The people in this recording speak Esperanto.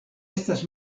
estas